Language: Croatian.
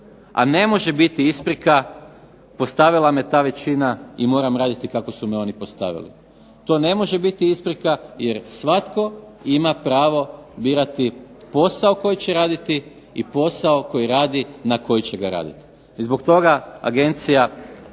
a ne može biti isprika postavila me ta većina i moram raditi kako su me oni postavili. To ne može biti isprika jer svatko ima pravo birati posao koji će raditi i posao koji radi na koji će ga raditi. I zbog toga agencija